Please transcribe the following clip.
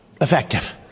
effective